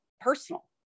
personal